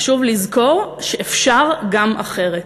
חשוב לזכור שאפשר גם אחרת.